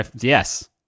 yes